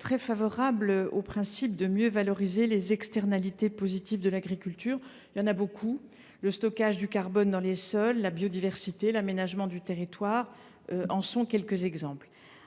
très favorable au principe d’une meilleure valorisation des externalités positives de l’agriculture. Il y en a beaucoup : le stockage du carbone dans les sols, la biodiversité, l’aménagement du territoire en sont quelques exemples.